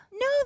No